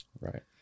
Right